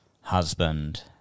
husband